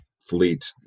fleet